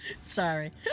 Sorry